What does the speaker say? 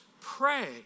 pray